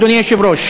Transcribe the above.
אדוני היושב-ראש,